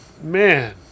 man